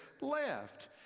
left